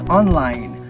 online